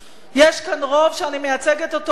יש כאן רוב שאני מייצגת אותו היום,